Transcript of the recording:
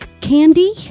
candy